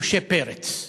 משה פרץ,